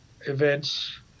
events